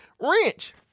Wrench